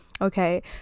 Okay